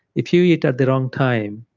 if you eat at the wrong time,